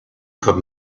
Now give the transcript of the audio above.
could